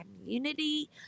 community